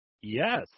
Yes